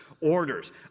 orders